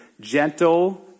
gentle